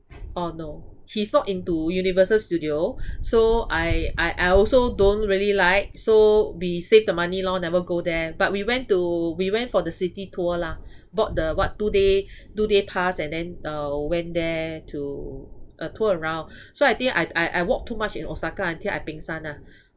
orh no he's not into universal studio so I I I also don't really like so we save the money lor never go there but we went to we went for the city tour lah bought the what two day two day pass and then uh went there to uh tour around so I think I I I walk too much in osaka until I peng san ah